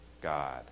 God